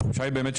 התחושה היא באמת,